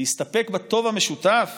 נסתפק בטוב המשותף